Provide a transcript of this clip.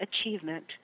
achievement